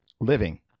living